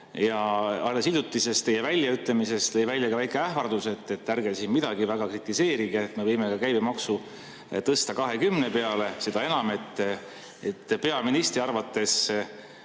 Alles hiljuti lõi teie väljaütlemises välja ka väike ähvardus, et ärge siin midagi väga kritiseerige, me võime käibemaksu tõsta ka 20% peale. Seda enam, et peaministri arvates